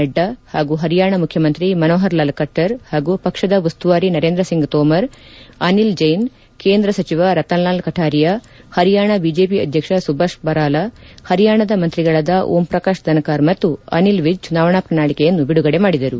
ನಡ್ಡಾ ಹಾಗೂ ಹರಿಯಾಣ ಮುಖ್ಯಮಂತ್ರಿ ಮನೋಹರ್ ಲಾಲ್ ಹಾಗೂ ಪಕ್ಷದ ಉಸ್ತುವಾರಿ ನರೇಂದ್ರ ಸಿಂಗ್ ತೋಮರ್ ಅನಿಲ್ ಜೈನ್ ಕೇಂದ್ರ ಸಚಿವ ರತನಲಾಲ್ ಕಟಾರಿಯಾ ಹರಿಯಾಣ ಬಿಜೆಪಿ ಅಧ್ಯಕ್ಷ ಸುಭಾಷ್ ಬರಾಲ ಹರಿಯಾಣದ ಮಂತ್ರಿಗಳಾದ ಓಂ ಪ್ರಕಾಶ್ ಧನಕಾರ್ ಮತ್ತು ಅನಿಲ್ ವಿಜ್ ಚುನಾವಣಾ ಪ್ರಣಾಳಿಕೆಯನ್ನು ಬಿಡುಗಡೆ ಮಾಡಿದರು